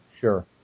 sure